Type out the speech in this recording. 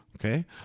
okay